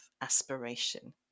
aspiration